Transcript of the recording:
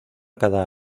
cada